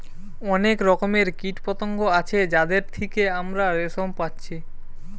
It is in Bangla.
অনেক রকমের কীটপতঙ্গ আছে যাদের থিকে আমরা রেশম পাচ্ছি